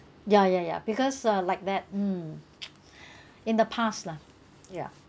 ya ya ya because uh like that mm in the past lah ya